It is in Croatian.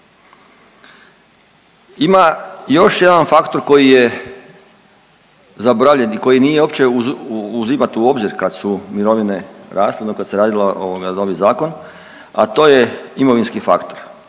Ima još jedan faktor koji je zaboravljen i koji nije uopće uzimat u obzir kad su mirovine rasle, kad se radila ovaj novi zakon, a to je imovinski faktor.